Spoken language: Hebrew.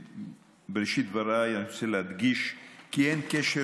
בראשית דבריי אני רוצה להדגיש כי אין קשר